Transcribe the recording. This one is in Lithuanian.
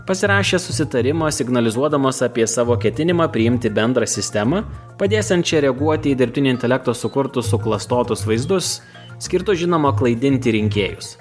pasirašė susitarimą signalizuodamos apie savo ketinimą priimti bendrą sistemą padėsiančią reaguoti į dirbtinio intelekto sukurtus suklastotus vaizdus skirtus žinoma klaidinti rinkėjus